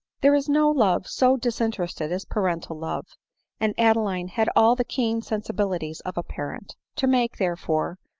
there is no love so disinterested as parental love and adeline had all the keen sensibilities of a parent. to make, therefore,